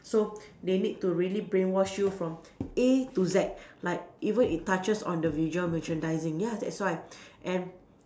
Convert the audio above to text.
so they need to really brainwash you from A to Z like even it touches on the visual merchandising ya that's why and